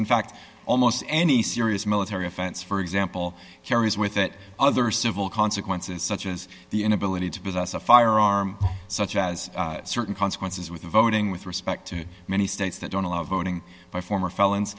in fact almost any serious military offense for example carries with it other civil consequences such as the inability to possess a firearm such as certain consequences with voting with respect to many states that don't allow voting by former felons